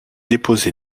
déposé